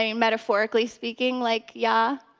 ah and metaphorically speaking, like yaa?